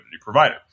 provider